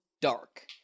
dark